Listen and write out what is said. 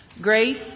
grace